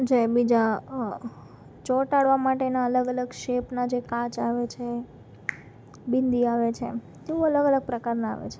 જે બીજા ચોંટાડવા માટેના અલગ અલગ શેપના જે કાચ આવે છે બિંદી આવે છે એવું અલગ અલગ પ્રકારના આવે છે